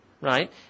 right